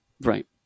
Right